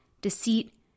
deceit